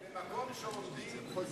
אפשר להגיד על זה: במקום שעומדים חוזרים